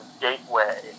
gateway